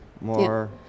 more